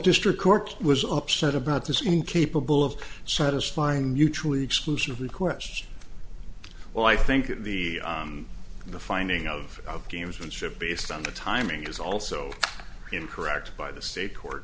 district court was upset about this incapable of satisfying mutually exclusive requests well i think in the in the finding of of gamesmanship based on the timing is also incorrect by the state court